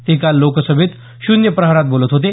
ते काल लोकसभेत शून्य प्रहारात बोलत होते